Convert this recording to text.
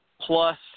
plus